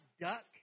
duck